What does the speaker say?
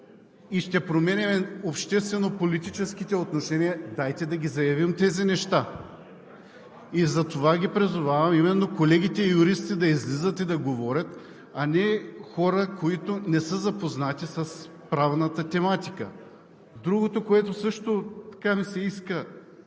и ще променяме обществено-политическите отношения, дайте да ги заявим тези неща. И затова призовавам именно колегите юристи да излизат и да говорят, а не хора, които не са запознати с правната тематика. Другото, което също така ми се иска